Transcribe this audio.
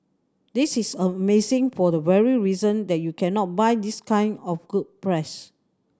this is amazing for the very reason that you cannot buy this kind of good press